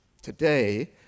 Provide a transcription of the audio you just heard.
Today